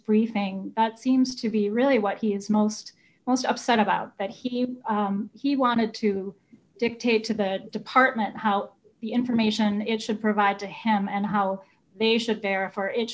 briefing that seems to be really what he is most most upset about that he he wanted to dictate to the department how the information in should provide to him and how they should verify or it should